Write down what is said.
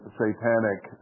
satanic